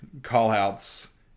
callouts